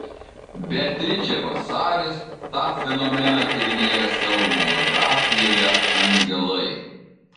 beatričė vasaris tą fenomeną tyrinėja savo monografijoje angelai